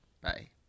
Bye